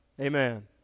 Amen